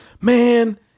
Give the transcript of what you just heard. man